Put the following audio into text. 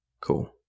Cool